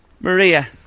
Maria